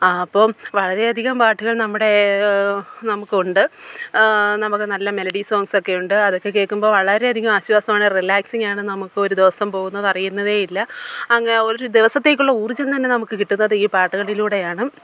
ആ അപ്പം വളരെയധികം പാട്ടുകൾ നമ്മുടെ നമുക്ക് ഉണ്ട് നമുക്ക് നല്ല മെലഡി സോങ്സൊക്കെയുണ്ട് അതൊക്കെ കേൾക്കുമ്പോൾ വളരെയധികം ആശ്വാസമായ റീലാക്സിങ് ആണ് നമുക്ക് ഒരു ദിവസം പോകുന്നത് അറിയുന്നതേ ഇല്ല അങ്ങനെ ഒരു ദിവസത്തേക്കുള്ള ഊർജ്ജം തന്നെ നമുക്ക് കിട്ടുന്നത് ഈ പാട്ടുകളിലൂടെയാണ്